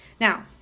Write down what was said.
Now